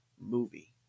movie